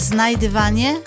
Znajdywanie